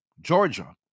Georgia